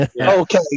Okay